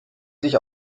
sich